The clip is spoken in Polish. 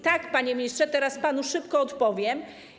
Tak, panie ministrze, teraz panu szybko odpowiem.